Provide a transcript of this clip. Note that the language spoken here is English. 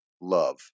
love